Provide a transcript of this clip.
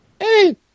Hey